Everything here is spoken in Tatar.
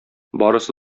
барысы